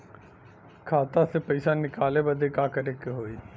खाता से पैसा निकाले बदे का करे के होई?